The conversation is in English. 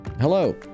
Hello